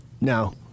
no